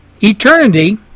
Eternity